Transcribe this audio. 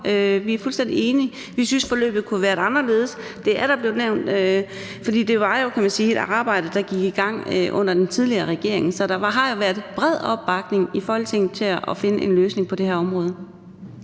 Vi er fuldstændig enige. Vi synes, at forløbet kunne have været anderledes – og det er blevet nævnt – for det var jo, kan man sige, et arbejde, der gik i gang under den tidligere regering. Så der har jo været bred opbakning i Folketinget til at finde en løsning på det her område.